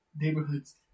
neighborhoods